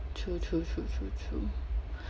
true true true true true